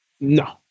No